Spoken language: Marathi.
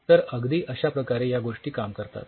तर अगदी अश्या प्रकारे या गोष्टी काम करतात